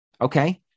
okay